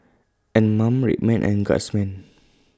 Anmum Red Man and Guardsman